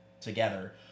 together